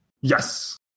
Yes